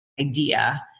idea